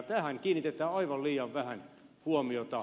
tähän kiinnitetään aivan liian vähän huomiota